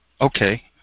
Okay